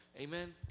Amen